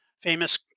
famous